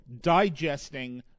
digesting